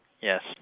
Yes